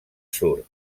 surt